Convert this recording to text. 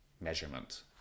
measurement